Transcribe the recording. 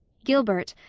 gilbert,